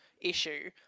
issue